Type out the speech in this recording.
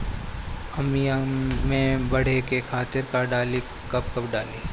आमिया मैं बढ़े के खातिर का डाली कब कब डाली?